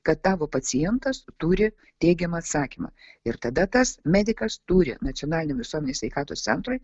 kad tavo pacientas turi teigiamą atsakymą ir tada tas medikas turi nacionaliniam visuomenės sveikatos centrui